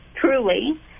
truly